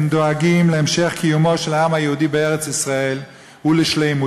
הם דואגים להמשך קיומו של העם היהודי בארץ-ישראל ולשלמותו.